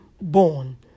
born